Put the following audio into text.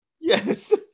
Yes